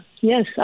Yes